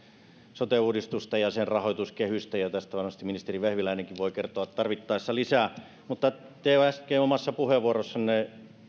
sote uudistusta ja sen rahoituskehystä ja ja tästä varmasti ministeri vehviläinenkin voi kertoa tarvittaessa lisää mutta te äsken omassa puheenvuorossanne